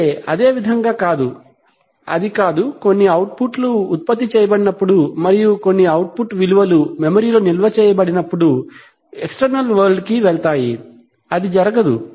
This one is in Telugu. అయితే అదే విధంగా కాదు అది కాదు కొన్ని అవుట్పుట్ లు ఉత్పత్తి చేయబడినప్పుడు మరియు కొన్ని అవుట్పుట్ విలువలు మెమరీ లో నిల్వ చేయబడినప్పుడు ఎక్ష్టెర్నల్ వరల్డ్ కి వెళ్తాయి అది జరగదు